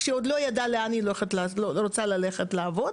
כשעוד לא ידעה לאן היא רוצה ללכת לעבוד,